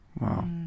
Wow